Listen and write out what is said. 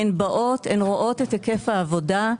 הן באות, הן רואות את היקף העבודה.